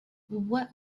what